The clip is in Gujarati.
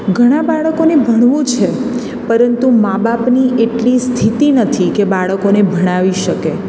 ઘણાં બાળકોને ભણવું છે પરંતુ મા બાપની એટલી સ્થિતિ નથી કે બાળકોને ભણાવી શકે